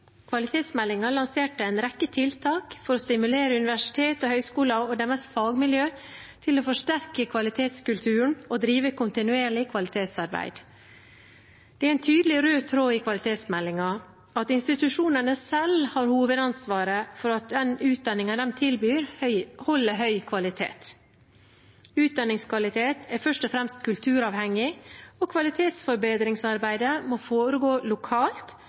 lanserte en rekke tiltak for å stimulere universiteter og høyskoler og deres fagmiljø til å forsterke kvalitetskulturen og drive kontinuerlig kvalitetsarbeid. Det er en tydelig rød tråd i kvalitetsmeldingen at institusjonene selv har hovedansvaret for at den utdanningen de tilbyr, holder høy kvalitet. Utdanningskvalitet er først og fremst kulturavhengig, og kvalitetsforbedringsarbeidet må foregå lokalt,